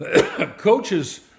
coaches